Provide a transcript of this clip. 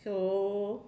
so